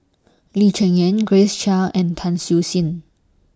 Lee Cheng Yan Grace Chia and Tan Siew Sin